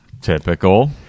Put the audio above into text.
Typical